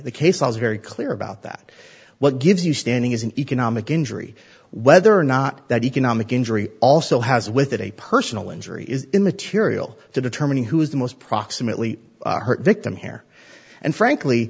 the case was very clear about that what gives you standing as an economic injury whether or not that economic injury also has with it a personal injury is immaterial to determining who is the most proximately hurt victim here and frankly